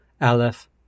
Aleph